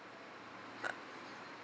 uh